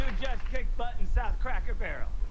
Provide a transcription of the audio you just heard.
butt in south cracker barrel.